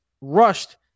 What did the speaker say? rushed